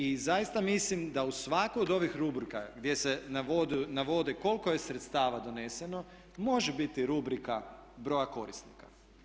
I zaista mislim da u svaku od ovih rubrika gdje se navodi koliko je sredstava doneseno može biti rubrika broja korisnika.